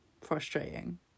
frustrating